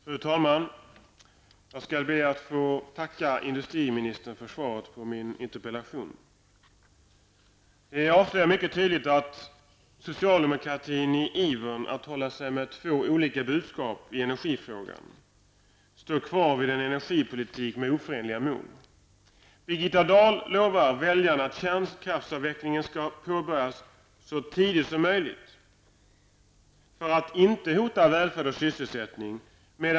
Fru talman! Jag skall be att få tacka industriministern för svaret på min interpellation. Interpellationen avslöjar tydligt att socialdemokratin i sin iver att hålla sig med två olika budskap i energifrågan står kvar vid en energipolitik med oförenliga mål. Birgitta Dahl lovar väljarna att kärnkraftsavvecklingen skall påbörjas så tidigt som möjligt för att inte hota välfärd och sysselsättning.